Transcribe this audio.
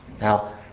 Now